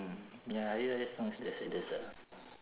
ya hari-raya song is